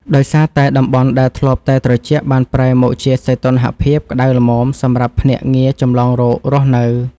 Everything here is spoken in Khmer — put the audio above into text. ដោយសារតែតំបន់ដែលធ្លាប់តែត្រជាក់បានប្រែមកជាមានសីតុណ្ហភាពក្ដៅល្មមសម្រាប់ភ្នាក់ងារចម្លងរោគរស់នៅ។